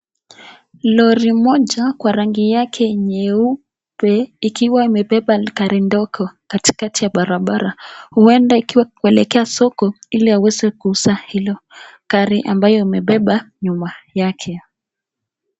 Lori moja kwa rangi yake nyeupe ikiwa imebeba gari ndogo katikati ya barabara. Huenda ikiwa kuelekea soko ili aweze kuuza hilo gari ambayo amebeba nyuma yake.